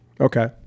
Okay